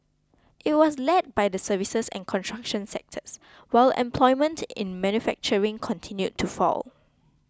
it was led by the services and construction sectors while employment in manufacturing continued to fall